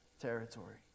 territory